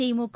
திமுக